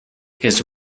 his